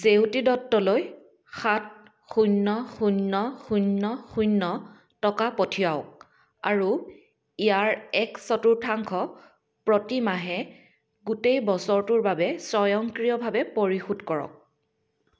জেউতি দত্তলৈ সাত শূন্য শূন্য শূন্য শূন্য টকা পঠিয়াওক আৰু ইয়াৰ এক চতুৰ্থাংশ প্ৰতিমাহে গোটেই বছৰটোৰ বাবে স্বয়ংক্ৰিয়ভাৱে পৰিশোধ কৰক